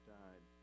died